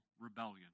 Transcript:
rebellion